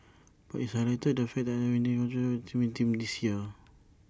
but IT highlighted the fact that unwinding of main theme this year